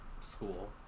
school